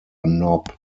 knob